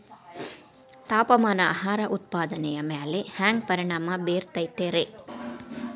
ತಾಪಮಾನ ಆಹಾರ ಉತ್ಪಾದನೆಯ ಮ್ಯಾಲೆ ಹ್ಯಾಂಗ ಪರಿಣಾಮ ಬೇರುತೈತ ರೇ?